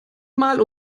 mal